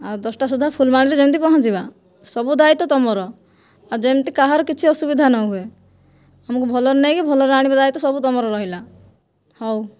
ଆଉ ଦଶଟା ସୁଦ୍ଧା ଫୁଲବାଣୀରେ ଯେମିତି ପହଞ୍ଚିବା ସବୁ ଦାୟୀତ୍ୱ ତୁମର ଯେମିତି କାହାର କିଛି ଅସୁବିଧା ନ ହୁଏ ଆମକୁ ଭଲରେ ନେଇକି ଭଲରେ ଆଣିବା ଦାୟୀତ୍ୱ ସବୁ ତୁମର ରହିଲା ହେଉ